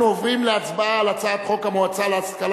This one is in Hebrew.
אנחנו עוברים להצבעה על הצעת חוק המועצה להשכלה